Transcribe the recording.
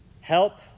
help